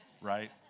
right